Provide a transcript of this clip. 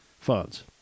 funds